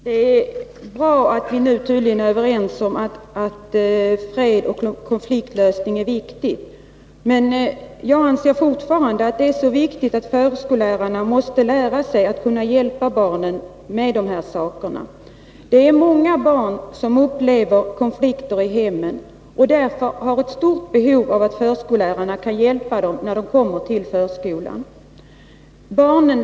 Herr talman! Det är bra att vi nu tydligen är överens om att fred och konfliktlösning är viktiga ting. Men jag anser fortfarande att det är viktigt att förskollärarna lär sig att hjälpa barnen med dessa saker. Många barn upplever konflikter i hemmet och har därför ett stort behov av att förskollärarna kan hjälpa dem när de kommer till förskolan.